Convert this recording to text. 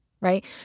Right